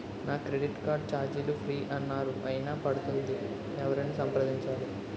నా credit card ఛార్జీలు free అన్నారు అయినా పడుతుంది ఎవరిని సంప్రదించాలి?